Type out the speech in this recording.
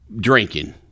Drinking